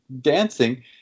dancing